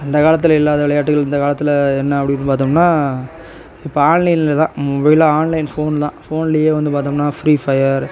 அந்த காலத்தில் இல்லாத விளையாட்டுகள் இந்த காலத்தில் என்ன அப்படின்னு பார்த்தோம்னா இப்போ ஆன்லைனில் தான் மொபைலு ஆன்லைன் ஃபோன் தான் ஃபோன்லயே வந்து பார்த்தோம்னா ஃப்ரீஃபயர்